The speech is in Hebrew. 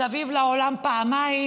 מסביב לעולם פעמיים,